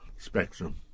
spectrum